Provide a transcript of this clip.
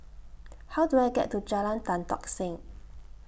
How Do I get to Jalan Tan Tock Seng